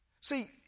See